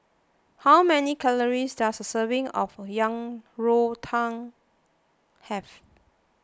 how many calories does a serving of Yang Rou Tang have